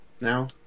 now